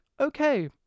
okay